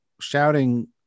shouting